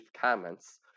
comments